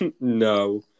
No